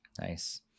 nice